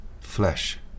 flesh